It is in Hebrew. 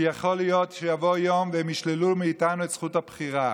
כי יכול להיות שיבוא יום והם ישללו מאיתנו את זכות הבחירה.